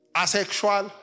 asexual